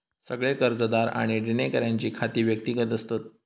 सगळे कर्जदार आणि देणेकऱ्यांची खाती व्यक्तिगत असतत